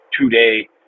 two-day